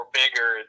bigger